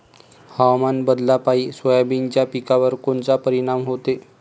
हवामान बदलापायी सोयाबीनच्या पिकावर कोनचा परिणाम होते?